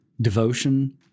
devotion